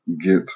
get